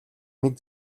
нэг